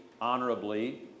honorably